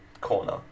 corner